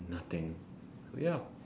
nothing so ya